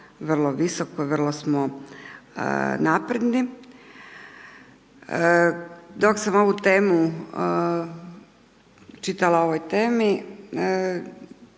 vrlo visoko i vrlo smo napredni. Dok sam ovu temu čitala o ovoj temi,